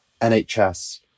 NHS